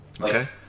Okay